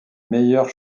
meilleurs